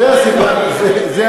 זה בסדר, אבל הסיפה של דבריך, לא שייך.